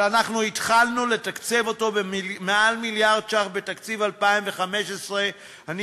אבל אנחנו התחלנו לתקצב אותו במעל מיליארד שקלים בתקציב 2015. אני